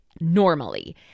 normally